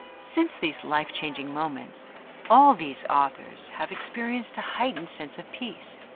since these life-changing moments all these authors have experienced a heightened sense of peace,